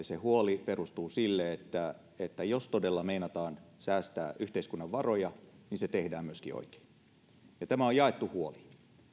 se huoli perustuu sille että että jos todella meinataan säästää yhteiskunnan varoja niin se tehdään myöskin oikein ja tämä on jaettu huoli